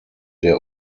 der